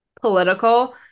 political